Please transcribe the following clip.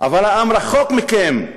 אבל העם רחוק מכם.